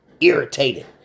irritated